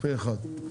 הצבעה אושר פה אחד.